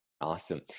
awesome